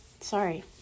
Sorry